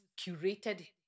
curated